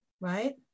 right